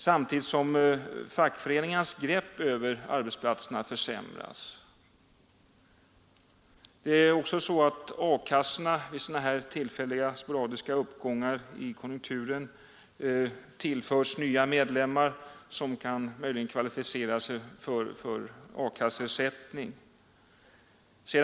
Samtidigt försämras fackföreningarnas grepp om arbetsplatserna. A-kassorna tillförs vid sådana här sporadiska och tillfälliga uppgångar i konjunkturen nya medlemmar. som kan kvalificera sig för A-kasseersättning.